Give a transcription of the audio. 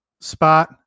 spot